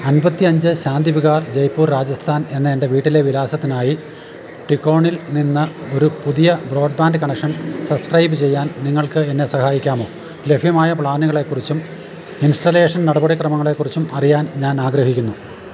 അൻപത്തിയഞ്ച് ശാന്തി വിഹാർ ജയ്പൂർ രാജസ്ഥാൻ എന്ന എൻ്റെ വീട്ടിലെ വിലാസത്തിനായി ടികോണിൽ നിന്ന് ഒരു പുതിയ ബ്രോഡ്ബാൻ്റ് കണക്ഷൻ സബ്സ്ക്രൈബ് ചെയ്യാൻ നിങ്ങൾക്ക് എന്നെ സഹായിക്കാമോ ലഭ്യമായ പ്ലാനുകളേക്കുറിച്ചും ഇൻസ്റ്റലേഷൻ നടപടിക്രമങ്ങളേക്കുറിച്ചും അറിയാൻ ഞാനാഗ്രഹിക്കുന്നു